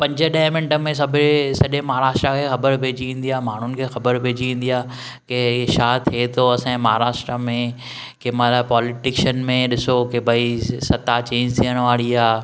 पंज ॾह मिंट में सभई सजे॒ महाराष्ट्र खे ख़बर पेइजी वेंदी आहे माण्हुनि खे ख़बर पेइजी वेंदी आहे कि हीउ छा थिए थो असांजे महाराष्ट्र में कि माना पोलिटीशन में ॾिसो के भई सता चेंज थियण वारी आहे